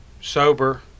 sober